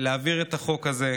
להעביר את החוק הזה.